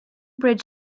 bridge